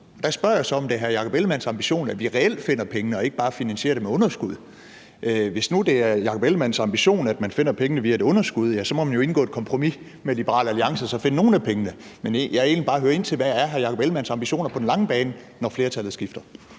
der spørger jeg så, om det er hr. Jakob Ellemann-Jensens ambition, at vi reelt finder pengene og ikke bare finansierer det med underskud. Hvis nu det er hr. Jakob Ellemann-Jensens ambition, at man finder pengene via et underskud, må man jo indgå et kompromis med Liberal Alliance og så finde nogle af pengene. Men jeg vil egentlig bare høre: Hvad er hr. Jakob Ellemann-Jensens ambitioner på den lange bane, når flertallet skifter?